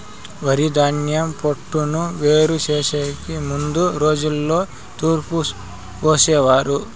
వరిధాన్యం పొట్టును వేరు చేసెకి ముందు రోజుల్లో తూర్పు పోసేవారు